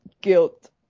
guilt